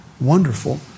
wonderful